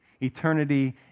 Eternity